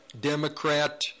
Democrat